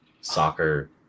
soccer